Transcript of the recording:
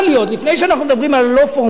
עוד לפני שאנחנו מדברים על הלא-פורמלי,